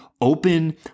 open